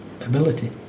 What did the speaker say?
ability